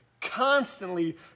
constantly